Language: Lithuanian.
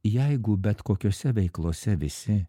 jeigu bet kokiose veiklose visi